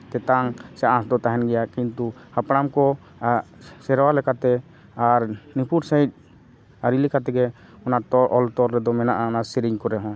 ᱛᱮᱛᱟᱝ ᱥᱮ ᱟᱸᱥᱫᱚ ᱛᱟᱦᱮᱱ ᱜᱮᱭᱟ ᱠᱤᱱᱛᱩ ᱦᱟᱯᱲᱟᱢ ᱠᱚ ᱥᱮᱨᱣᱟ ᱞᱮᱠᱟᱛᱮ ᱟᱨ ᱱᱤᱯᱷᱩᱴ ᱥᱟᱺᱦᱤᱪ ᱟᱹᱨᱤ ᱞᱮᱠᱟ ᱛᱮᱜᱮ ᱚᱱᱟ ᱫᱚ ᱚᱞᱛᱚᱞ ᱨᱮᱫᱚ ᱢᱮᱱᱟᱜᱼᱟ ᱚᱱᱟ ᱥᱮᱨᱮᱧ ᱠᱚᱨᱮᱦᱚᱸ